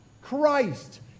Christ